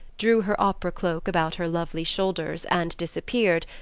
drew her opera cloak about her lovely shoulders, and disappeared,